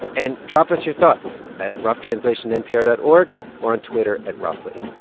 and drop us your thoughts at roughtranslationnpr dot org or on twitter at roughly.